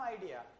idea